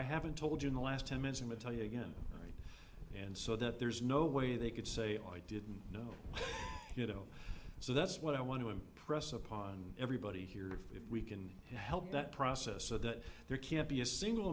i haven't told you in the last ten minutes imma tell you again and so that there's no way they could say i didn't know you know so that's what i want to impress upon everybody here if we can help that process so that there can't be a single